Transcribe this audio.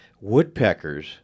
woodpeckers